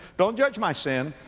don't judge my sin.